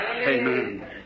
Amen